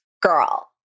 girl